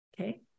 Okay